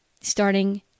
starting